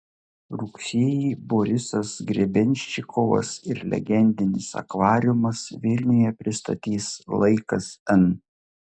rugsėjį borisas grebenščikovas ir legendinis akvariumas vilniuje pristatys laikas n